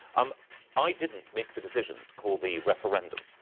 um i didn't make the decision to call the referendum.